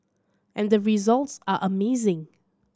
and the results are amazing